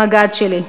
המג"ד שלי.